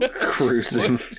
Cruising